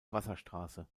wasserstraße